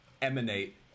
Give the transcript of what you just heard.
emanate